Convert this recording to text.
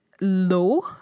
low